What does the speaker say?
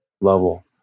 level